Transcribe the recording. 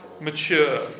mature